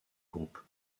groupe